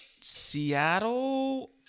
Seattle